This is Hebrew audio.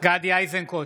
גדי איזנקוט,